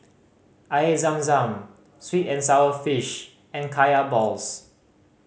Air Zam Zam sweet and sour fish and Kaya balls